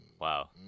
Wow